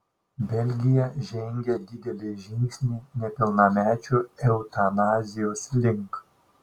belgija žengė didelį žingsnį nepilnamečių eutanazijos link